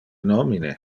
nomine